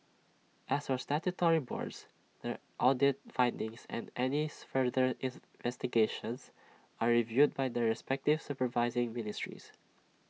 as for statutory boards their audit findings and anything further is investigations are reviewed by their respective supervising ministries